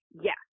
Yes